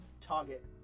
target